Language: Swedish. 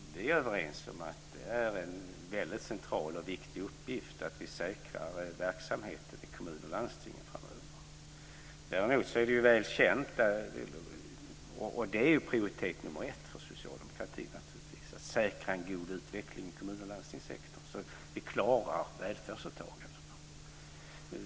Fru talman! Vi är överens om att det är en väldigt central och viktig uppgift att säkra verksamheten i kommuner och landsting framöver. Naturligtvis är det prioritet nummer ett för socialdemokratin att säkra en god utveckling i kommun och landstingssektorn, så att vi klarar välfärdsåtagandena.